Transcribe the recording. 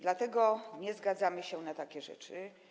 Dlatego nie zgadzamy się na takie rzeczy.